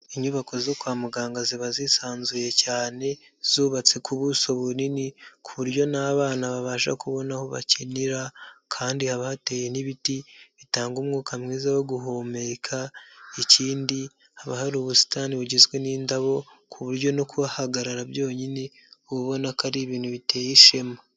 Inyubako zo kwa muganga ziba zisanzuye cyane, zubatse ku buso bunini ku buryo n'abana babasha kubona aho bakinira kandi haba hateye n'ibiti bitanga umwuka mwiza wo guhumeka, ikindi haba hari ubusitani bugizwe n'indabo ku buryo no kuhahagarara byonyine ubona ko ari ibintu biteye ishema.